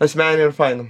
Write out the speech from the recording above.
asmeninė ir faina